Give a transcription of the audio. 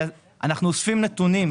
אנחנו אוספים נתונים.